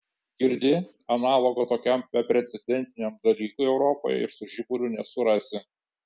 girdi analogo tokiam beprecedentiniam dalykui europoje ir su žiburiu nesurasi